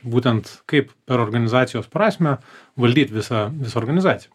būtent kaip per organizacijos prasmę valdyt visą visą organizaciją